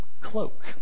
cloak